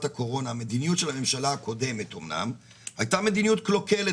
הקורונה המדיניות של הממשלה הקודמת הייתה מדיניות קלוקלת